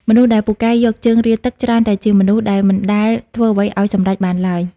មនុស្សដែលពូកែយកជើងរាទឹក ច្រើនតែជាមនុស្សដែលមិនដែលធ្វើអ្វីឱ្យសម្រេចបានឡើយ។